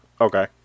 Okay